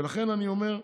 ולכן אני אומר: